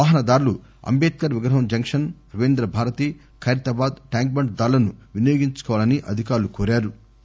వాహనదారులు అంబేడ్కర్ విగ్రహం జంక్షన్ రవీంద్ర భారతి ఖైరతాబాద్ ట్యాంక్బండ్ దారులను వినియోగించుకోవాలని అధికారులు కోరారు